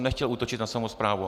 Nechtěl jsem útočit na samosprávu.